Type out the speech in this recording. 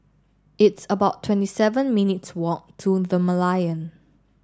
it's about twenty seven minutes' walk to The Merlion